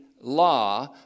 law